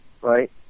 right